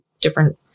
different